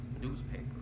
newspaper